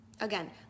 Again